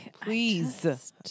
Please